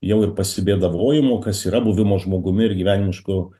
jau ir pasibėdavojimo kas yra buvimo žmogumi ir gyvenimiško